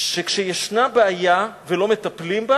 שכשיש בעיה ולא מטפלים בה